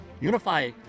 unify